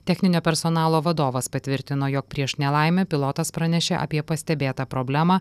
techninio personalo vadovas patvirtino jog prieš nelaimę pilotas pranešė apie pastebėtą problemą